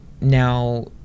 now